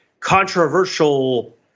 Controversial